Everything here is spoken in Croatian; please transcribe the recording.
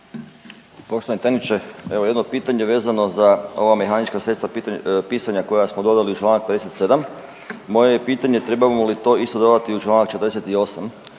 Poštovani tajniče, evo jedno pitanje vezano za ova mehanička sredstva pisanja koja smo doveli u čl. 57., moje je pitanje trebamo li to isto dodati u čl. 48.